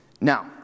Now